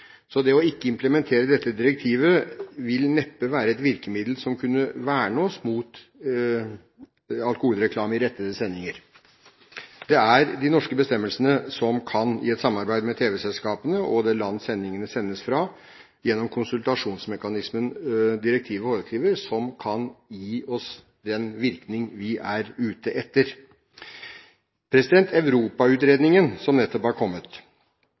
Så det ikke å implementere dette direktivet vil neppe være et virkemiddel som kunne verne oss mot alkoholreklame i rettede sendinger. Det er de norske bestemmelsene som i et samarbeid med tv-selskapene og det land sendingene sendes fra gjennom den konsultasjonsmekanismen direktivet foreskriver, som kan gi oss den virkning vi er ute etter. Europa-utredningen, som nettopp har kommet,